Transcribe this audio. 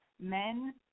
men